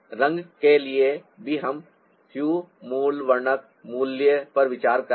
रंग के लिए भी हम ह्यू मूल वर्णक मूल्य पर विचार करते हैं